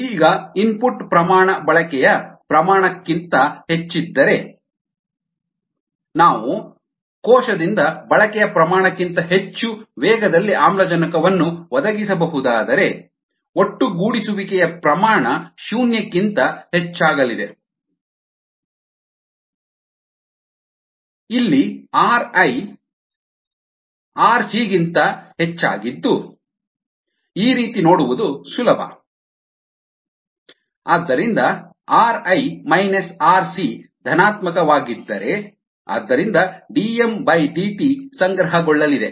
ಈಗ ಇನ್ಪುಟ್ ಪ್ರಮಾಣ ಬಳಕೆಯ ಪ್ರಮಾಣ ಕ್ಕಿಂತ ಹೆಚ್ಚಿದ್ದರೆ ನೀವು ಕೋಶದಿಂದ ಬಳಕೆಯ ಪ್ರಮಾಣ ಕ್ಕಿಂತ ಹೆಚ್ಚು ವೇಗದಲ್ಲಿ ಆಮ್ಲಜನಕವನ್ನು ಒದಗಿಸಬಹುದಾದರೆ ಒಟ್ಟುಗೂಡಿಸುವಿಕೆಯ ಪ್ರಮಾಣ ಶೂನ್ಯಕ್ಕಿಂತ ಹೆಚ್ಚಾಗಲಿದೆ IfrirCdmdt0DO ಹೆಚ್ಚಾಗುತ್ತದೆ ಇಲ್ಲಿ rirC ಈ ರೀತಿ ನೋಡುವುದು ಸುಲಭ ಆದ್ದರಿಂದ ri rC ಧನಾತ್ಮಕವಾಗಿದ್ದರೆ ಆದ್ದರಿಂದ dmdt ಸಂಗ್ರಹಗೊಳ್ಳಲಿದೆ